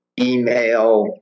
email